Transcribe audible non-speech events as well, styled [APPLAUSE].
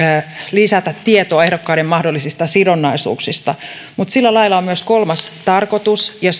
lisätä tietoa ehdokkaiden mahdollisista sidonnaisuuksista mutta sillä lailla on myös kolmas tarkoitus ja [UNINTELLIGIBLE]